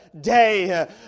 day